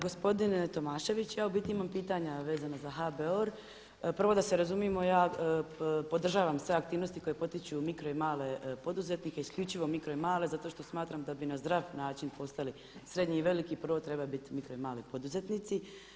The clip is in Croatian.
Gospodine Tomašević, ja u biti imam pitanja vezano za HBOR, prvo da se razumijemo, ja podržavam sve aktivnosti koje potiču mikro i male poduzetnike isključivo mikro i male zato što smatram da bi na zdrav način postali srednji i veliki, prvo trebaju biti mikro i mali poduzetnici.